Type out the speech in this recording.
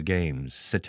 Games